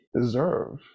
deserve